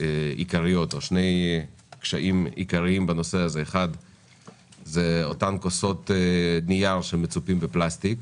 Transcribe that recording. עיקריות בנושא הזה: כוסות הנייר המצופות פלסטיק